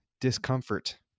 discomfort